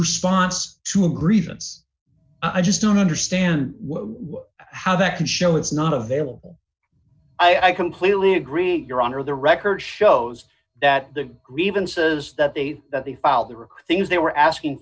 response to a grievance i just don't understand how that can show it's not available i completely agree your honor the record shows that the grievances that they that they felt they were things they were asking